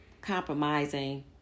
compromising